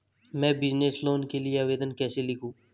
मैं business loan के लिए आवेदन कैसे लिखूँ?